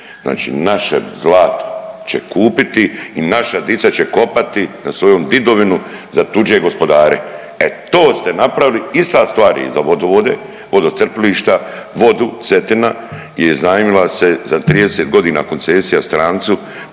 naše zlato će kupiti i naša dica će kopati za svoju didovinu za tuđe gospodare. E to ste napravili, ista stvar je za vodovode, vodocrpilišta, vodu, Cetina je iznajmila se za 30 godina koncesija strancu